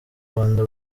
rwanda